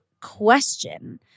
question